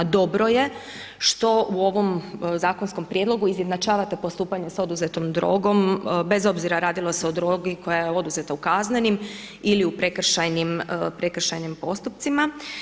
Dobro je što u ovom zakonskom prijedlogu izjednačavate postupanje sa oduzetom drogom, bez obzira radilo se o drogi koja je oduzeta u kaznenim ili u prekršajnim postupcima.